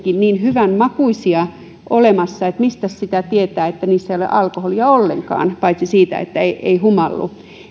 niin hyvänmakuisia olemassa että mistäs sitä tietää että niissä ei ole alkoholia ollenkaan paitsi siitä että ei ei humallu